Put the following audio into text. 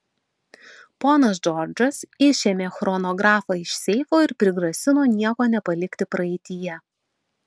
ponas džordžas išėmė chronografą iš seifo ir prigrasino nieko nepalikti praeityje